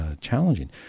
challenging